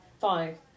Five